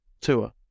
tour